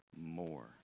more